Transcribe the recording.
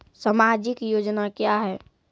समाजिक योजना क्या हैं?